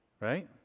Right